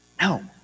No